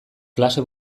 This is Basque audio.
klase